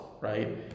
right